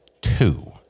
two